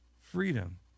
freedom